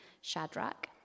Shadrach